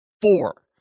Four